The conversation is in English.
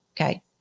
Okay